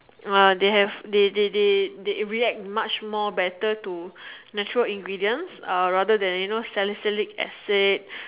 uh they have they they they react much more better to natural ingredients uh rather than you know salicylic acid